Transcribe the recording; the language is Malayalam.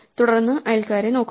തുടർന്ന് അയൽക്കാരെ നോക്കുക